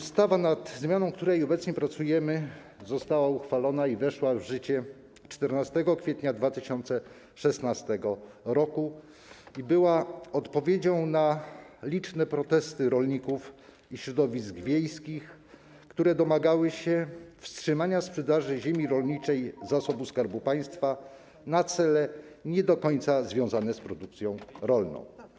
Ustawa, nad zmianą której obecnie pracujemy, została uchwalona i weszła w życie 14 kwietnia 2016 r. i była odpowiedzią na liczne protesty rolników, środowisk wiejskich, które domagały się wstrzymania sprzedaży ziemi rolnej zasobu Skarbu Państwa na cele nie do końca związane z produkcją rolną.